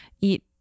eat